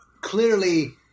Clearly